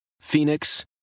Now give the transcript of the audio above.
Phoenix